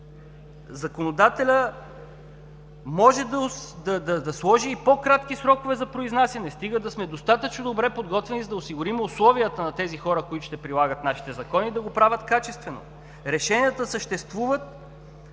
Законодателят може да сложи по-кратки срокове за произнасяне, стига да сме достатъчно добре подготвени, за да осигурим условията на тези хора, които ще прилагат нашите закони, да го правят качествено. Решенията съществуват